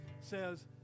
says